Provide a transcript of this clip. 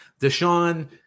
Deshaun